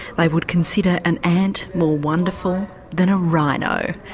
like would consider an ant more wonderful than a rhino.